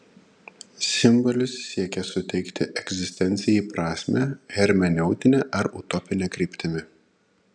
simbolis siekia suteikti egzistencijai prasmę hermeneutine ar utopine kryptimi